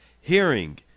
hearing